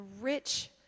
rich